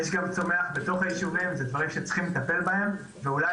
יש גם צומח בתוך היישובים ואלה דברים שצריך לטפל בהם ואולי